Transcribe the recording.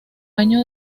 año